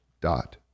dot